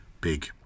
big